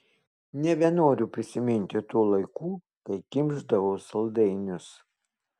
nebenoriu prisiminti tų laikų kai kimšdavau saldainius